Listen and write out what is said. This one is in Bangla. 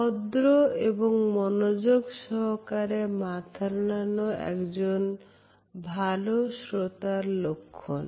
ভদ্র এবং মনোযোগ সহকারে মাথা নাড়ানো একজন ভালো শ্রোতা লক্ষণ